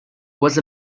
was